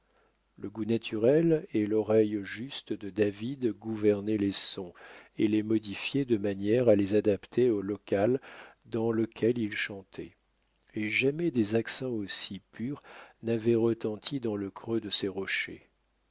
le goût naturel et l'oreille juste de david gouvernaient les sons et les modifiaient de manière à les adapter au local dans lequel il chantait et jamais des accents aussi purs n'avaient retenti dans le creux de ces rochers